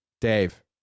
Dave